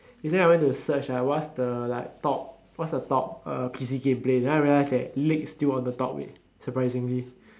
recently I went to search ah what's the like top what is the top uh P_C game played then I realised that league is still one of the top leh surprisingly